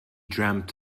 dreamt